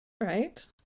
right